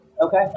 Okay